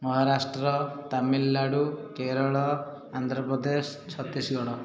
Maharashtra Tamil Nadu Kerala Andhra Pradesh Chhattisgarh